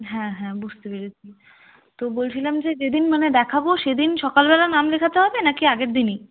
হ্যাঁ হ্যাঁ বুঝতে পেরেছি তো বলছিলাম যে যেদিন মানে দেখাবো সেদিন সকাল বেলা নাম লেখাতে হবে না কি আগের দিনই